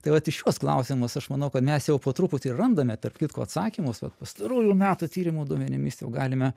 tai vat iš šiuos klausimus aš manau kad mes jau po truputį ir randame tarp kitko atsakymus vat pastarųjų metų tyrimų duomenimis jau galime